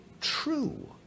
true